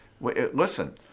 Listen